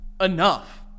Enough